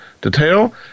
detail